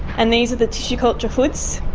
and these are the tissue culture hoods.